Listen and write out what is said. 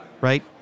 right